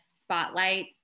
spotlight